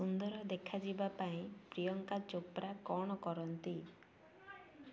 ସୁନ୍ଦର ଦେଖାଯିବା ପାଇଁ ପ୍ରିୟଙ୍କା ଚୋପ୍ରା କ'ଣ କରନ୍ତି